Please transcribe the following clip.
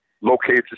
locates